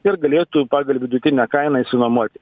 ir galėtų pagal vidutinę kainą išsinuomoti